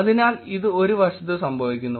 അതിനാൽ ഇത് ഒരു വശത്ത് സംഭവിക്കുന്നു